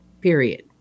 Period